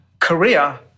Korea